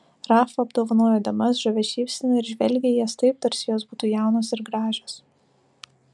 rafa apdovanojo damas žavia šypsena ir žvelgė į jas taip tarsi jos būtų jaunos ir gražios